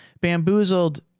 Bamboozled